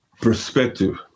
perspective